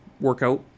workout